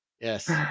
Yes